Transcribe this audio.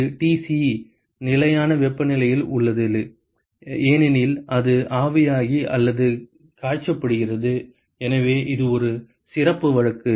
இது Tc நிலையான வெப்பநிலையில் உள்ளது ஏனெனில் அது ஆவியாகி அல்லது காய்ச்சப்படுகிறது எனவே இது ஒரு சிறப்பு வழக்கு